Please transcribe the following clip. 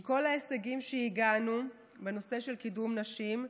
עם כל ההישגים שהגענו אליהם בנושא קידום נשים,